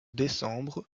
décembre